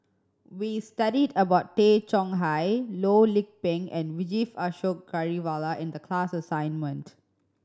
we studied about Tay Chong Hai Loh Lik Peng and Vijesh Ashok Ghariwala in the class assignment